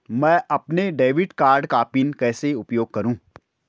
मैं अपने debit card का पिन कैसे उपयोग करूँ?